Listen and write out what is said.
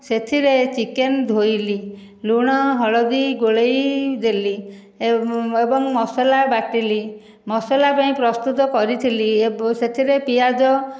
ସେଥିରେ ଚିକେନ ଧୋଇଲି ଲୁଣ ହଳଦୀ ଗୋଳେଇଦେଲି ଏବଂ ମସଲା ବାଟିଲି ମସଲା ପାଇଁ ପ୍ରସ୍ତୁତ କରିଥିଲି ଏବଂ ସେଥିରେ ପିଆଜ